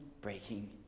breaking